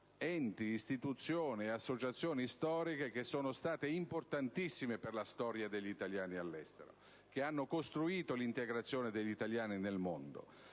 enti, istituzioni e associazioni storiche, che sono state importantissime per la storia degli italiani all'estero poiché hanno costruito la storia dell'integrazione degli italiani nel mondo.